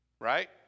Right